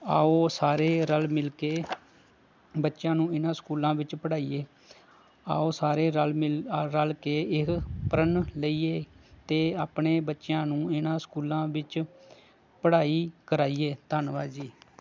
ਆਉ ਸਾਰੇ ਰਲ ਮਿਲ ਕੇ ਬੱਚਿਆਂ ਨੂੰ ਇਹਨਾਂ ਸਕੂਲਾਂ ਵਿੱਚ ਪੜ੍ਹਾਈਏ ਆਉ ਸਾਰੇ ਰਲ ਮਿਲ ਰਲ ਕੇ ਇਹ ਪ੍ਰਣ ਲਈਏ ਅਤੇ ਆਪਣੇ ਬੱਚਿਆਂ ਨੂੰ ਇਹਨਾਂ ਸਕੂਲਾਂ ਵਿੱਚ ਪੜ੍ਹਾਈ ਕਰਵਾਈਏ ਧੰਨਵਾਦ ਜੀ